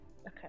okay